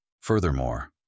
Furthermore